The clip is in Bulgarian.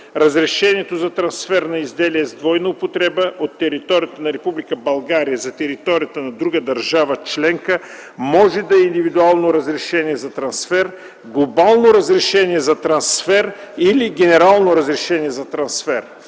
Разрешението за трансфер на изделия с двойна употреба от територията на Република България за територията на друга държава членка може да е индивидуално разрешение за трансфер, глобално разрешение за трансфер или генерално разрешение за трансфер.”